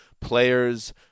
players